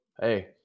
Hey